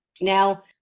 Now